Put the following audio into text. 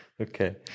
okay